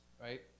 right